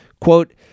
Quote